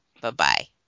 Bye-bye